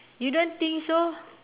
you don't think so